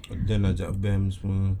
kita ajak ben semua